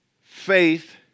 Faith